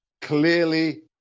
clearly